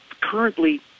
currently